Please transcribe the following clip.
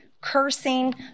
cursing